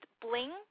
bling